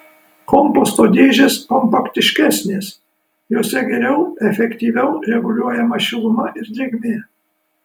komposto dėžės kompaktiškesnės jose geriau efektyviau reguliuojama šiluma ir drėgmė